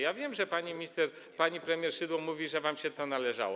Ja wiem, że pani minister, pani premier Szydło mówi, że wam się to należało.